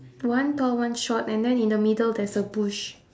one tall one short and then in the middle there's a bush